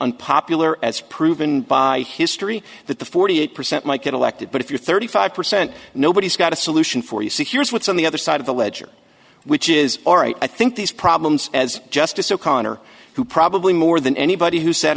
unpopular as proven by history that the forty eight percent might get elected but if you're thirty five percent nobody's got a solution for you see here's what's on the other side of the ledger which is all right i think these problems as justice o'connor who probably more than anybody who sat